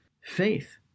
faith